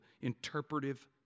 interpretive